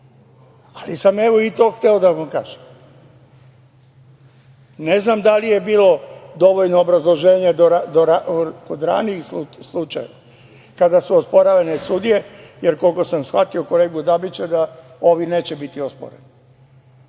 ali sam i to hteo da vam kažem. Ne znam da li je bilo dovoljno obrazloženja kod ranijih slučajeva, kada su osporavane sudije, jer koliko sam shvatio kolegu Dabića, ovi neće biti osporeni.